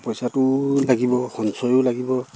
পইচাটোও লাগিব সঞ্চয়ো লাগিব